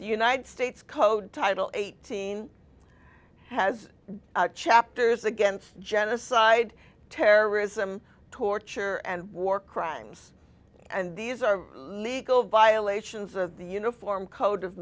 the united states code title eighteen has chapters against genocide terrorism torture and war crimes and these are legal violations of the uniform code of